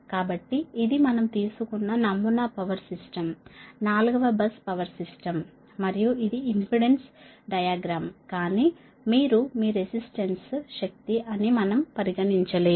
కాబట్టి ఇది ఇది మనం తీసుకున్న నమూనా పవర్ సిస్టమ్ 4 వ బస్ పవర్ సిస్టమ్ మరియు ఇది ఇంపెడెన్స్ డయాగ్రామ్ కానీ మీరు మీ రెసిస్టన్స్ శక్తి అని మనం పరిగణించలేదు